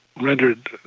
rendered